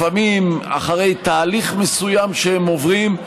לפעמים אחרי תהליך מסוים שהם עוברים,